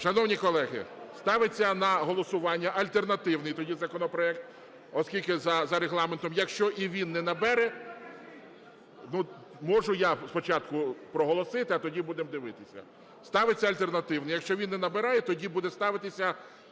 Шановні колеги, ставиться на голосування альтернативний тоді законопроект, оскільки за Регламентом. Якщо і він не набере… (Шум у залі) Можу я спочатку проголосити, а тоді будемо дивитися. Ставиться альтернативний, якщо він не набирає, тоді буде ставитися